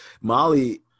Molly